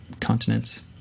continents